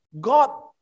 god